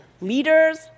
leaders